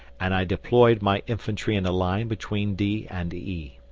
and i deployed my infantry in a line between d and e.